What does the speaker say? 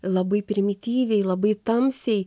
labai primityviai labai tamsiai